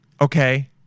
okay